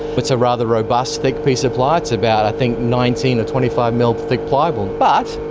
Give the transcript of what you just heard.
it's a rather robust, thick piece of ply. it's about, i think nineteen or twenty five mm ah thick plywood. but?